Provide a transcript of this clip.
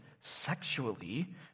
sexually